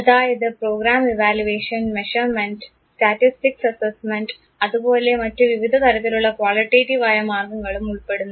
അതായത് programme evaluation measurement statistics assignment അതുപോലെ മറ്റ് വിവിധ തരത്തിലുള്ള ക്വാളിറ്റേറ്റീവ് ആയ മാർഗ്ഗങ്ങളും ഉൾപ്പെടുന്നു